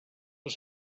was